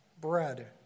bread